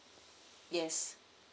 yes